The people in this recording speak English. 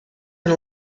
and